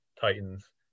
Titans